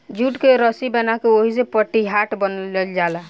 jute के रसी बना के ओहिसे पटिहाट बिनल जाला